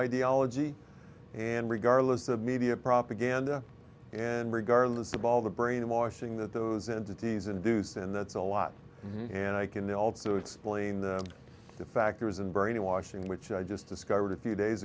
ideology and regardless of media propaganda and regardless of all the brainwashing that those entities induce and that's a lot and i can also explain the factors in brainwashing which i just discovered a few days